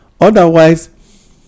Otherwise